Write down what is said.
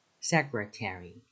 Secretary